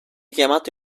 chiamato